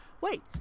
Wait